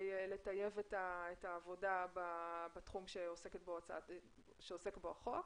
לטייב את העבודה בתחום שעוסק בו החוק.